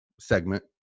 segment